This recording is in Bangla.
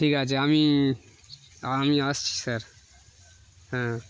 ঠিক আছে আমি আমি আসছি স্যার হ্যাঁ